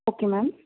okay ma'am